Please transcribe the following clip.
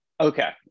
okay